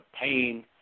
pain